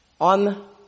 on